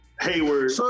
Hayward